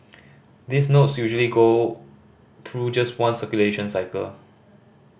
these notes usually go through just one circulation cycle